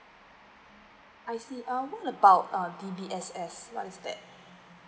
I see uh what about uh D_B_S_S what is that